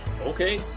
okay